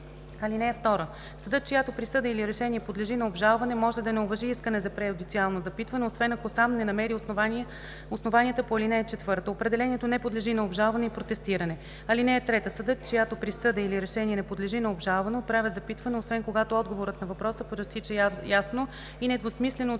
(2) Съдът, чиято присъда или решение подлежи на обжалване, може да не уважи искане за преюдициално запитване, освен ако сам не намери основанията по ал. 4. Определението не подлежи на обжалване и протестиране. (3) Съдът, чиято присъда или решение не подлежи на обжалване, отправя запитване, освен когато отговорът на въпроса произтича ясно и недвусмислено от